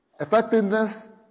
Effectiveness